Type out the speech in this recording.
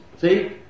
see